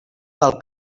del